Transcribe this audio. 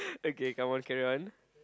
okay come on carry on